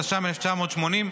התש"ם 1980,